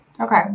Okay